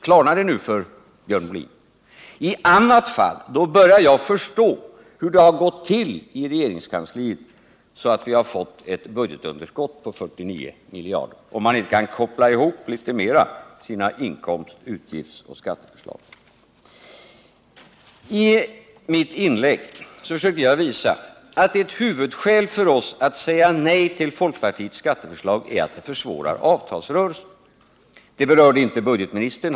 Klarnar det nu för Björn Molin? I annat fall börjar jag förstå hur det har gått till i regeringskansliet, när man fått ett budgetunderskott på 49 miljarder. Jag börjar förstå det, om det är så att man inte litet mer kan koppla ihop sina utgiftsoch skatteförslag. I mitt inlägg försökte jag visa att ett huvudskäl för oss att säga nej till folkpartiets skatteförslag är att det försvårar avtalsrörelsen. Det berörde inte budgetministern.